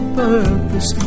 purpose